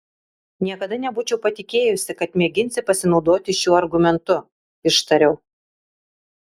niekada nebūčiau patikėjusi kad mėginsi pasinaudoti šiuo argumentu ištariau